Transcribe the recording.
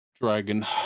dragon